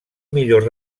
millor